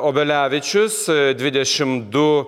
obelevičius dvidešimt du